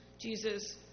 Jesus